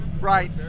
right